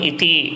Iti